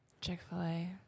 Chick-fil-A